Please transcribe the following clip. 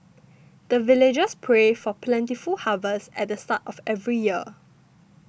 the villagers pray for plentiful harvest at the start of every year